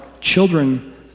children